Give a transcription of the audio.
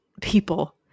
people